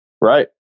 right